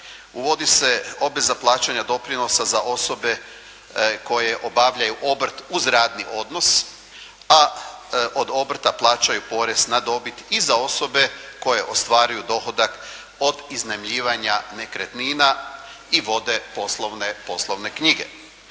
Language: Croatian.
uvodi se obveza plaćanja doprinosa za osobe koje obavljaju obrt uz radni odnos, a od obrta plaćaju porez na dobit i za osobe koje ostvaruju dohodak od iznajmljivanja nekretnina i vode poslovne knjige.